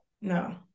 no